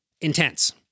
intense